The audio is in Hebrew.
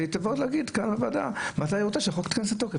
ואז היא תבוא לוועדה להגיד מתי היא רוצה שהחוק ייכנס לתוקף,